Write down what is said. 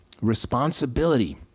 responsibility